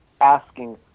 asking